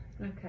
Okay